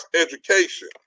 education